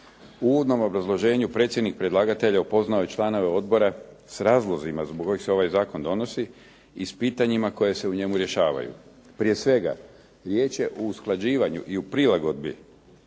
uvodnom obrazloženju predsjednik predlagatelja upoznao je članove odbora s razlozima zbog kojih se ovaj zakon donosi i s pitanjima koji se u njemu rješavaju. Prije svega, riječ je u usklađivanju i u prilagodbi